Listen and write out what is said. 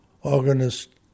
organist